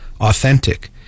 authentic